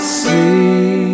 see